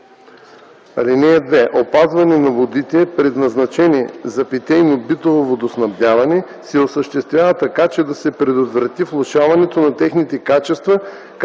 2: „(2) Опазването на водите, предназначени за питейно-битово водоснабдяване, се осъществява така, че да се предотврати влошаването на техните качества,